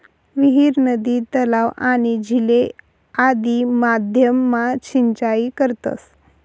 विहीर, नदी, तलाव, आणि झीले आदि माध्यम मा सिंचाई करतस